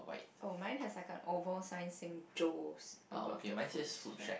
oh mine have sign like over sizing Joes above the food right